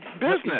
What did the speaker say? business